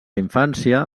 infància